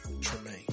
Tremaine